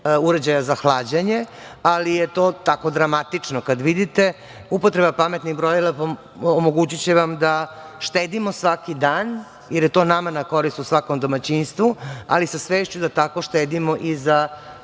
uređaja za hlađenje, ali je to tako dramatično kada vidite. Upotreba pametnih brojila omogućiće vam da štedimo svaki dan, jer je to nama na korist u svakom domaćinstvu, ali sa svešću da tako štedimo i za ukupan